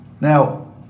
Now